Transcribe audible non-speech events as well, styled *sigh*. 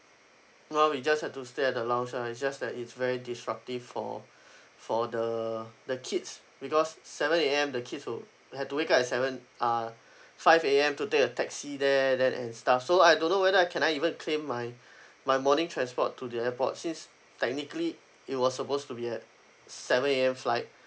no we just had to stay at the lounge ah it's just that it's very disruptive for *breath* for the the kids because seven A_M the kids to they had to wake up at seven uh *breath* five A_M to take a taxi there then and stuff so I don't know whether I can I even claim my *breath* my morning transport to the airport since technically it was supposed to be at seven A_M flight